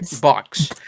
box